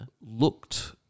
looked